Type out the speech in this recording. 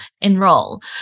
enroll